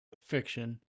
fiction